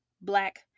black